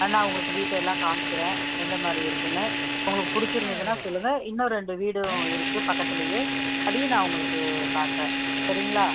ஆ நான் உங்களுக்கு வீட்டை எல்லாம் காமிக்கிறேன் எந்த மாதிரி இருக்குன்னு உங்களுக்கு பிடிச்சிருந்துதுன்னா சொல்லுங்கள் இன்னும் ரெண்டு வீடும் இருக்கு பக்கத்துலேயே அதையும் நான் உங்களுக்கு காட்டுறேன் சரிங்களா